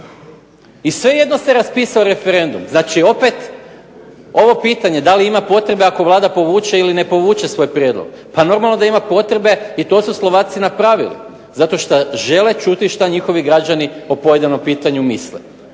I svejedno se raspisao referendum. Znači opet ovo pitanje da li ima potrebe ako Vlada povuče ili ne povuče svoj prijedlog. Pa normalno da ima potrebe i to su Slovaci napravili, zato šta žele čuti šta njihovi građani o pojedinom pitanju misle.